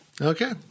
Okay